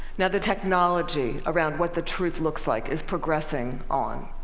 now the technology around what the truth looks like is progressing on,